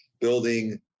building